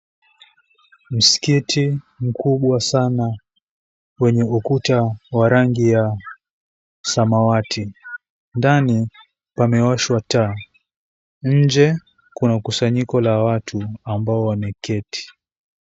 Msikiti mkubwa sana wenye ukuta wa rangi ya samawati, ndani wa pamewashwa taa nje kuna kusanyiko wa watu ambao wameketi.